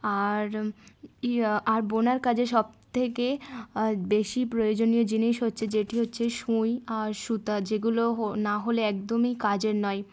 আর ই আর বোনার কাজে সবথেকে বেশি প্রয়োজনীয় জিনিস হচ্ছে যেটি হচ্ছে সুঁই আর সুতা যেগুলো না হলে একদমই কাজের নয়